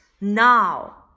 Now